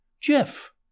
Jeff